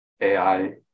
AI